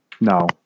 No